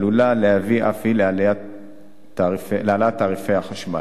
עלולה להביא אף היא להעלאת תעריפי החשמל.